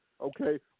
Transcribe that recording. Okay